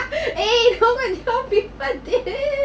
!yay! don't go and tell people this